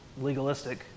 legalistic